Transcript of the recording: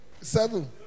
Seven